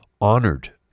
honored